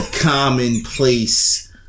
commonplace